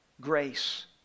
grace